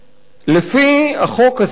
לפי החוק הזה,